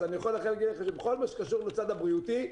אני יכול להגיד לכם שבכל מה שקשור לצד הבריאותי,